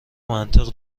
منطق